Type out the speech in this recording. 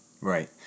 right